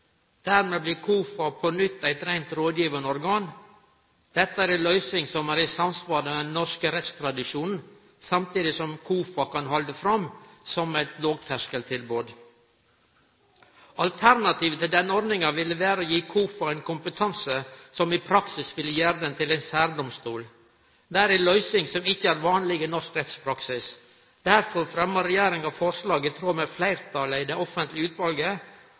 Dermed blir KOFA på nytt eit reint rådgivande organ. Dette er ei løysing som er i samsvar med den norske rettstradisjonen, samtidig som KOFA kan halde fram som eit lågterskeltilbod. Alternativet til denne ordninga ville vere å gi KOFA ein kompetanse som i praksis ville gjere den til ein særdomstol. Det er ei løysing som ikkje er vanleg i norsk rettspraksis. Derfor fremma regjeringa forslag i tråd med fleirtalet i det offentlege utvalet,